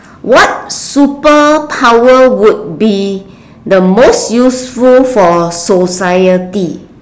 what superpower would be the most useful for society